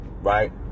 right